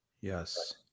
Yes